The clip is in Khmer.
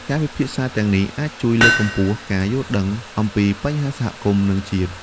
ការពិភាក្សាទាំងនេះអាចជួយលើកកម្ពស់ការយល់ដឹងអំពីបញ្ហាសហគមន៍ និងជាតិ។